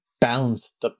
balance